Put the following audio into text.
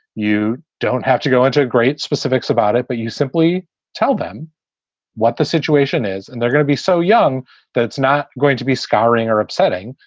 you don't have to go into great specifics about it, but you simply tell them what the situation is and they're going to be so young that it's not going to be scarring or upsetting.